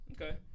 okay